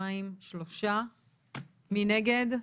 מי נגד?